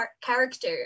character